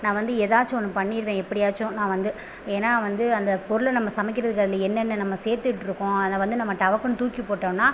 நான் வந்து ஏதாச்சும் ஒன்று பண்ணிருவேன் எப்படியாச்சும் நான் வந்து ஏன்னால் வந்து அந்த பொருளை நம்ம சமைக்கிறதுக்கு அதில் என்னென்ன நம்ம சேர்த்துட்ருக்கோம் அதை வந்து நம்ம டபக்குனு தூக்கிப்போட்டோன்னா